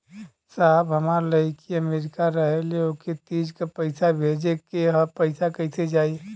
साहब हमार लईकी अमेरिका रहेले ओके तीज क पैसा भेजे के ह पैसा कईसे जाई?